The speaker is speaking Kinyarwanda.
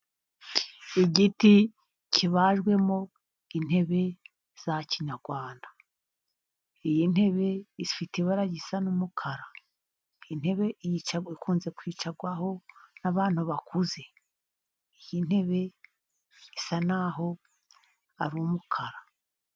Igiti kibajwemo intebe za Kinyarwanda, iyi ntebe ifite ibara risa n'umukara. Intebe ikunze kwicwarwaho n'abantu bakuze, iyi ntebe isa naho ari umukara.